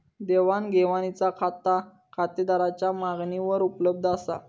देवाण घेवाणीचा खाता खातेदाराच्या मागणीवर उपलब्ध असा